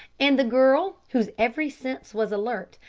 and the girl, whose every sense was alert,